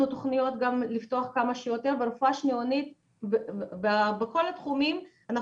תוכניות גם לפתוח כמה שיותר ברפואה שניונית בכל התחומים.